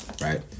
Right